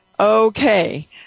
Okay